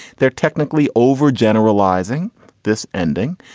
they're technically overgeneralizing this ending.